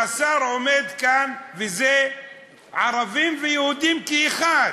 שהשר עומד כאן ואומר שזה ערבים ויהודים כאחד,